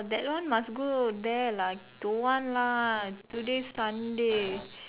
that one must go there lah don't want lah today Sunday